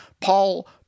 Paul